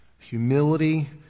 humility